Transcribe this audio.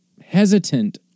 hesitant